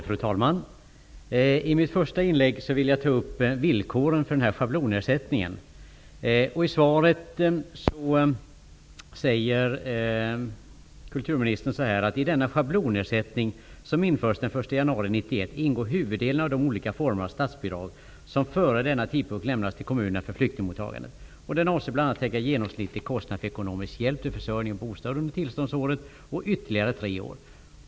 Fru talman! I detta mitt första inlägg vill jag ta upp villkoren för schablonersättningen. I svaret säger kulturministern: ''I denna schablonersättning, som infördes den 1 januari 1991, ingår huvuddelen av de olika former av statsbidrag som före denna tidpunkt lämnades till kommunerna för flyktingmottagandet. Den avser bl.a. täcka genomsnittlig kostnad för ekonomisk hjälp till försörjning och bostad under tillståndsåret och ytterligare tre år.